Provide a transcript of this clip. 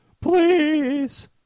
please